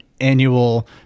annual